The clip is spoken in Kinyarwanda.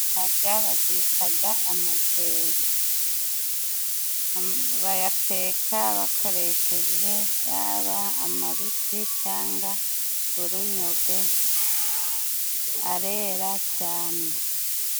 Aga bagitaga amajeri, bayateka bakoresheje yaba amabisi cangwa urunyogwe, arera cyane.